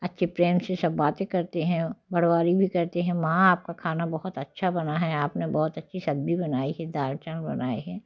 अच्छे प्रेम से सब बातें करते हैं बरवारी भी करते हैं माँ आपका खाना बहुत अच्छा बना है आपने बहुत अच्छी सब्जी बनाई है दाल चावल बनाए है